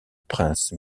prince